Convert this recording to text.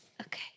Okay